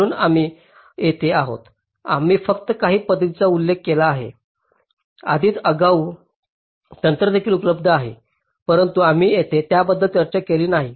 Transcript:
म्हणून आम्ही येथे आहोत आम्ही फक्त काही पद्धतींचा उल्लेख केला आहे अधिक आगाऊ तंत्र देखील उपलब्ध आहेत परंतु आम्ही येथे त्याबद्दल चर्चा केलेली नाही